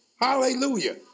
Hallelujah